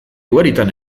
ugaritan